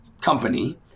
company